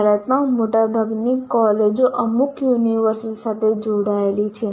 ભારતમાં મોટાભાગની કોલેજો અમુક યુનિવર્સિટી સાથે જોડાયેલી છે